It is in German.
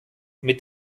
mit